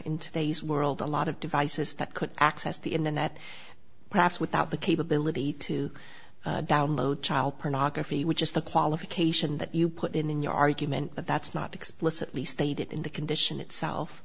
in today's world a lot of devices that could access the internet perhaps without the capability to download child pornography which is the qualification that you put in in your argument but that's not explicitly stated in the condition itself